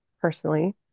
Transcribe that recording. personally